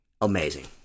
Amazing